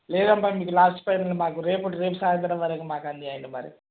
లేదమ్మా మీకు last final మాకు రేపుటి రేపు సాయంత్రం వరకు మాకు అందీయండి మరి